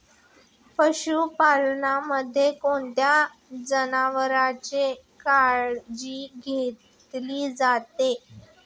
पशुपालनामध्ये कोणत्या जनावरांची काळजी घेतली जाते?